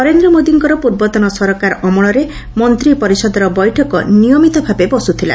ନରେନ୍ଦ୍ର ମୋଦିଙ୍କର ପୂର୍ବତନ ସରକାର ଅମଳରେ ମନ୍ତ୍ରୀ ପରିଷଦର ବୈଠକ ନିୟମିତ ଭାବେ ବସୁଥିଲା